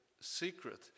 secret